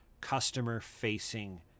customer-facing